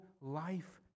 life